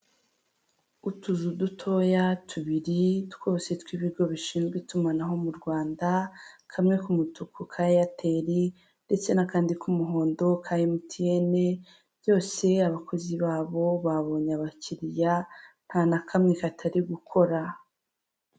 Utuzu dutoya tubiri twose tw'ibigo bishinzwe itumanaho mu Rwanda kamwe k'umutuku ka eyateri, ndetse n'akandi k'umuhondo ka emutiyene byose abakozi babo babonye abakiriya nta na kamwe katari gukora.